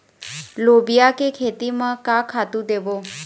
लोबिया के खेती म का खातू देबो?